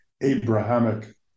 Abrahamic